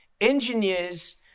engineers